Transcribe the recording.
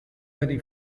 money